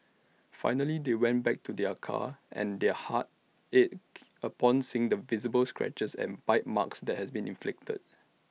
finally they went back to their car and their hearts ached upon seeing the visible scratches and bite marks that had been inflicted